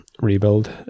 rebuild